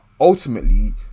ultimately